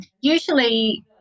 usually –